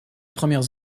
premières